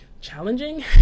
Challenging